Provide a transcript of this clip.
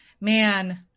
Man